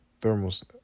thermos